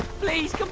please,